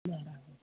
બરાબર